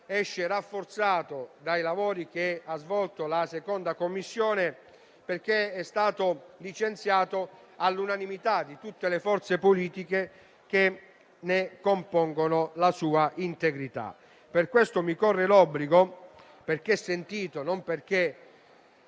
esce rafforzato dai lavori che ha svolto la 2a Commissione, perché licenziato all'unanimità da tutte le forze politiche che ne compongono la sua integrità. Per questo mi corre l'obbligo - perché sentito e, non per assolvere